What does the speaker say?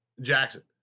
Jackson